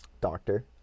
Doctor